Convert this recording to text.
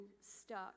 stuck